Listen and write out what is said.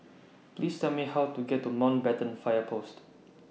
Please Tell Me How to get to Mountbatten Fire Post